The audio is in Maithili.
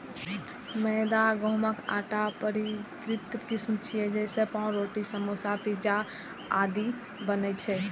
मैदा गहूंमक आटाक परिष्कृत किस्म छियै, जइसे पावरोटी, समोसा, पिज्जा बेस आदि बनै छै